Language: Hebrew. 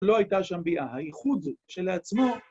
לא הייתה שם ביאה, האיחוד שלעצמו